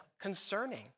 concerning